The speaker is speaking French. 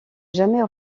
jamais